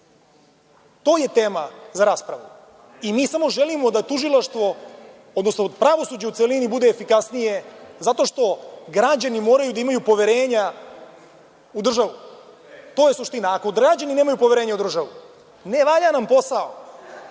To je tema za raspravu i mi samo želimo da tužilaštvo, odnosno pravosuđe u celini bude efikasnije, zato što građani moraju da imaju poverenja u državu. Ako građani nemaju poverenja u državu, ne valja nam posao.